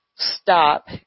stop